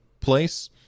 place